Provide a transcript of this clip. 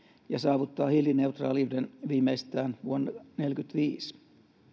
ja saavuttaa hiilineutraaliuden viimeistään vuonna neljäkymmentäviisi